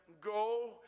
go